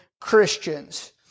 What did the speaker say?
Christians